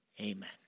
Amen